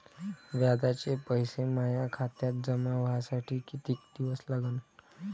व्याजाचे पैसे माया खात्यात जमा व्हासाठी कितीक दिवस लागन?